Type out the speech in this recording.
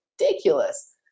ridiculous